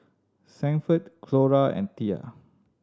Sanford Clora and Thea